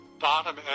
bottom